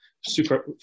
super